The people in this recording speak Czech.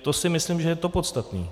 To si myslím, že je to podstatné.